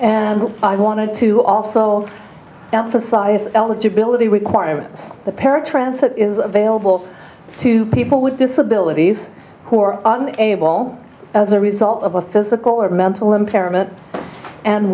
and i wanted to also emphasize eligibility requirements the paratransit is available to people with disabilities who are unable as a result of a physical or mental impairment and